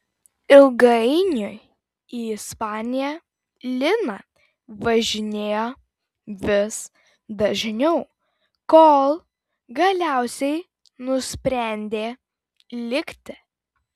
ilgainiui į ispaniją lina važinėjo vis dažniau kol galiausiai nusprendė likti